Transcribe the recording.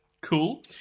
cool